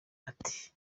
ati